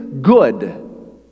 good